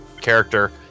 character